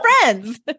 friends